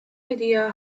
idea